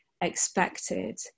expected